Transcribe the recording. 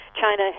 China